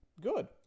Good